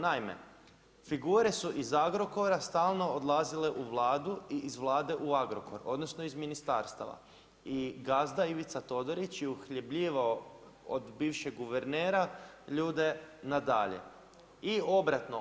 Naime, figure su iz Agrokora stalno odlazile u Vladu i iz Vlade u Agrokor, odnosno iz ministarstava i gazda Ivica Todorić je uhljebljivao od bivšeg guvernera ljude na dalje i obratno.